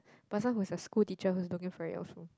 person who's a school teacher who's looking for it also